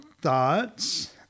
thoughts